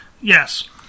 Yes